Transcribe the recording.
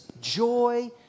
joy